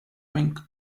wing